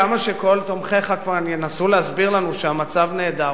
כמה שכל תומכיך כאן ינסו להסביר לנו שהמצב נהדר,